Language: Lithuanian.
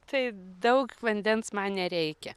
taip daug vandens man nereikia